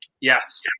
Yes